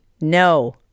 No